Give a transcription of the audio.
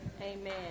Amen